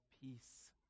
peace